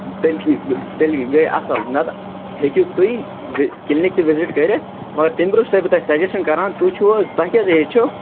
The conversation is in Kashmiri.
تیٚلہِ کھےٚ تیٚلہِ گٕے اَصٕل نَتہٕ ہٮ۪کِو تُہۍ کِلنِک تہِ وِزِٹ کٔرِتھ مگر تٔمۍ برونٛہہ چھُ سَو بہٕ تۄہہِ سَجَشَن کران تُہۍ چھُو حظ تۄہہِ کیٛاہ حظ ایج چھَو